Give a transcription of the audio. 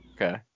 Okay